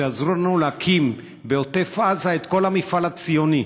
שעזרו לנו להקים בעוטף עזה את כל המפעל הציוני,